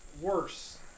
worse